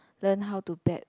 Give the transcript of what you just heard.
learn how to bet